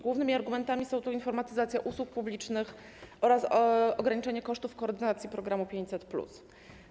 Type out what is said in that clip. Głównymi argumentami są tu informatyzacja usług publicznych oraz ograniczenie kosztów koordynacji programu 500+.